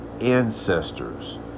ancestors